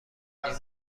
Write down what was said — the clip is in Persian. این